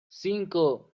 cinco